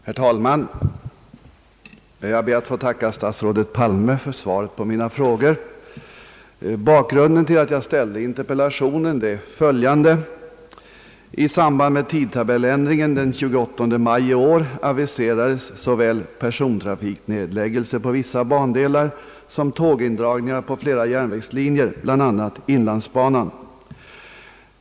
Herr talman! Jag ber att få tacka statsrådet Palme för svaret på mina frågor. Bakgrunden till att jag ställde interpellationen är följande: I samband med tidtabelländringen den 28 maj i år aviserades såväl persontrafiknedläggelse på vissa bandelar som tågindragningar på flera järnvägslinjer, bl.a. inlandsbanan.